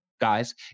guys